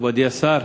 מכובדי השר,